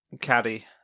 Caddy